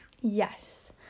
Yes